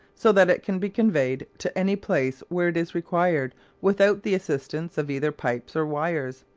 so that it can be conveyed to any place where it is required without the assistance of either pipes or wires.